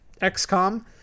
XCOM